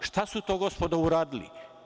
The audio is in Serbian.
A šta su to, gospodo, uradili?